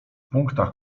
punktach